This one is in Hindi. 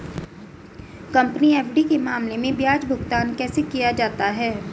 कंपनी एफ.डी के मामले में ब्याज भुगतान कैसे किया जाता है?